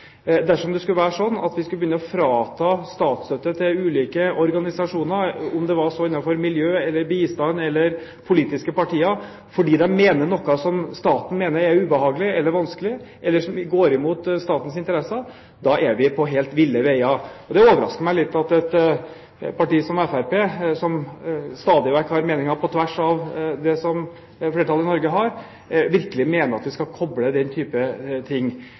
Dersom det skulle bli slik at vi skulle begynne å frata statsstøtte til ulike organisasjoner, om det så var innenfor miljø, bistand eller politiske partier fordi de mener noe som staten mener er ubehagelig eller vanskelig, eller som går imot statens interesser, er vi på helt ville veier. Det overrasker meg litt at et parti som Fremskrittspartiet, som stadig vekk har meninger på tvers av det som flertallet i Norge har, virkelig mener at vi skal koble den type ting.